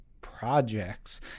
projects